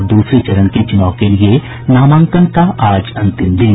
और दूसरे चरण के चूनाव के लिए नामांकन का आज अंतिम दिन